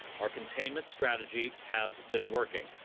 our containment strategy has been working.